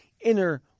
inner